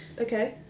Okay